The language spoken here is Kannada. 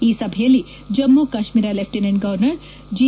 ಈ ಸಭೆಯಲ್ಲಿ Jammu Kashmir lieutenant governor G